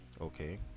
Okay